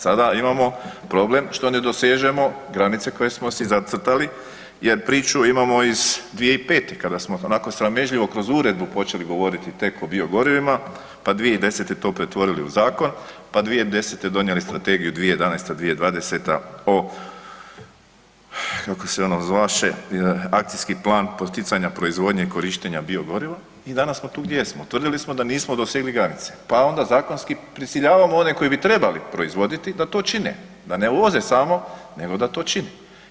Sada imamo problem što ne dosežemo granice koje smo si zacrtali jer priču imamo iz 2005., kada smo onako sramežljivo kroz uredbu počeli tek o biogorivima, pa 2010. to pretvorili u zakon, pa 2010. donijeli strategiju 2011.-2020. o kako se ono zvaše, Akcijski plan poticaja proizvodnje i korištenja biogoriva i danas smo tu gdje jesmo, utvrdili smo da nismo dosegli granice pa onda zakonski prisiljavamo one koji bi trebali proizvoditi da to čine, da ne uvoze samo, nego da to čini.